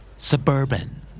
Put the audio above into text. Suburban